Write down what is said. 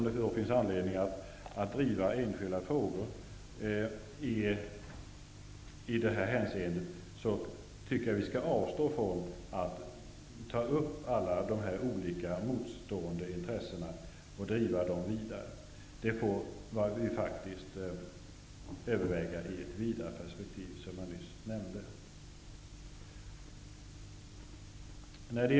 Det finns ingen anledning att driva enskilda frågor i det hänseendet, och jag tycker också att vi skall avstå från att nu ta upp alla de olika motstående intressena och driva dem vidare. Det får vi faktiskt, som jag nyss nämnde, överväga i ett vidare perspektiv.